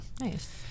Nice